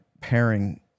pairing